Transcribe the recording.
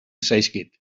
zaizkit